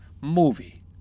movie